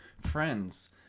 Friends